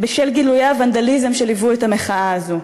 בשל גילויי הוונדליזם שליוו את המחאה הזאת.